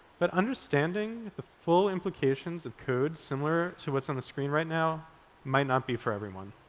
but understanding the full implications of code similar to what's on the screen right now might not be for everyone.